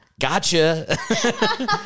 Gotcha